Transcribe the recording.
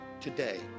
today